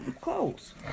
clothes